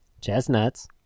Chestnuts